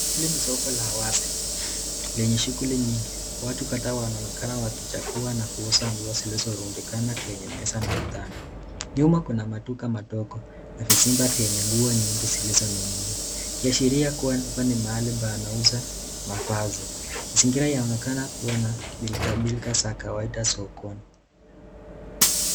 Hili ni soko na wazi lenye shuguli nyingi watu kadhaa wanaonekana wakichagua na kuuza nguo zilizokirundika kwenye meza na vitanda, nyuma kuna maduka madogo na visimba vyenye nguo nyingi zilizoninginia kuashiria kuwa mahali panauza mavazi, mazingira yaonekana kuwa na pilka pilka za kawida sokoni